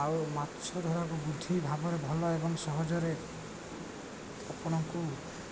ଆଉ ମାଛ ଧରକୁ ବୃଦ୍ଧି ଭାବରେ ଭଲ ଏବଂ ସହଜରେ ଆପଣଙ୍କୁ